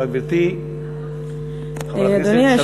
בבקשה, גברתי חברת הכנסת.